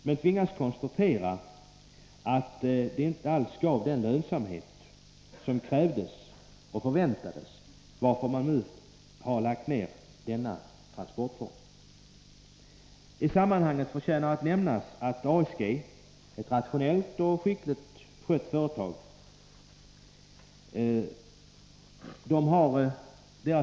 Man tvingades dock konstatera att det inte alls gav den lönsamhet som krävdes och förväntades, varför man nu har lagt ned denna transportform. I sammanhanget förtjänar att nämnas att ASG är ett rationellt och skickligt skött företag.